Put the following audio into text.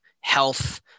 health